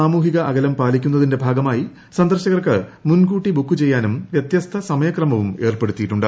സാമൂഹിക അകലം പാലിക്കുന്നതിന്റെ ഭാഗമായി സന്ദർശകർക്ക് മുൻകൂട്ടി ബുക്ക് ചെയ്യാനും വ്യത്യസ്ത സമയക്രമവും ഏർപ്പെടുത്തിയിട്ടുണ്ട്